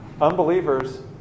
Unbelievers